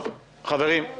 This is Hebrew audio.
חברים,